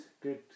good